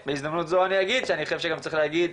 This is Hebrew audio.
ובהזדמנות זו אני אגיד שאני חושב שגם צריך להגיד,